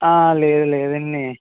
లేదు లేదండి